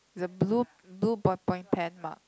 the blue blue ballpoint pen mark